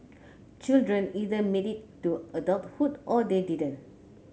children either made it to adulthood or they didn't